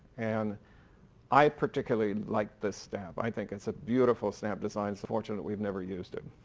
and i particularly like this stamp. i think it's a beautiful stamp design. it's unfortunate we've never used it.